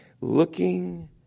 Looking